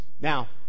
Now